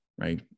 Right